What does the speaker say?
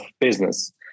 business